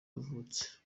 yavutse